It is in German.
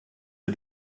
für